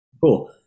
Cool